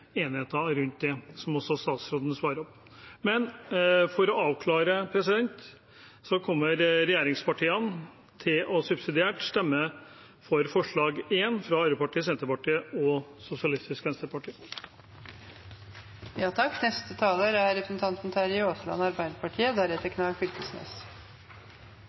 enheter rundt, slik også statsråden svarte. Men for å avklare, så kommer regjeringspartiene til subsidiært å stemme for forslag nr. 1, fra Arbeiderpartiet, Senterpartiet og Sosialistisk Venstreparti. Aller først: Jeg synes debatten her har vist at det er